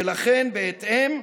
ולכן, בהתאם,